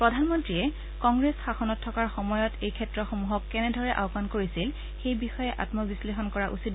প্ৰধানমন্ত্ৰীয়ে কংগ্ৰেছ শাসনৰ থকাৰ সময়ত এই ক্ষেত্ৰসমূহক কেনেধৰণে আওকাণ কৰিছিল সেই বিষয়ে আম্মবিশ্লেষণ কৰা উচিত